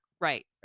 right